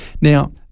Now